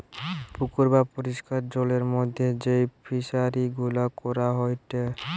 পুকুর বা পরিষ্কার জলের মধ্যে যেই ফিশারি গুলা করা হয়টে